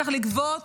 צריך לגבות